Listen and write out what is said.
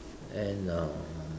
and uh